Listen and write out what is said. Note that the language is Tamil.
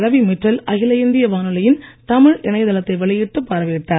ரவி மித்தல் அகில இந்திய வானொலியின் தமிழ் இணையதளத்தை வெளியிட்டுப் பார்வையிட்டார்